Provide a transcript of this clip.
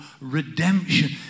redemption